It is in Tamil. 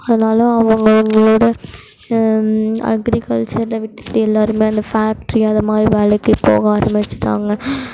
அதனால் அவங்க அவங்களோட அக்ரிகல்ச்சரை விட்டுவிட்டு எல்லோருமே அந்த ஃபேக்ட்ரி அது மாதிரி வேலைக்கு போக ஆரம்மிச்சிட்டாங்க